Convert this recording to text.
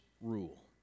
rule